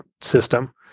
system